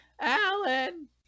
Alan